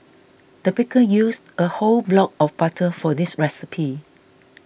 the baker used a whole block of butter for this recipe